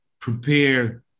prepare